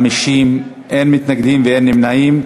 50, אין מתנגדים ואין נמנעים.